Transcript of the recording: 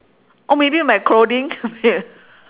oh maybe my clothing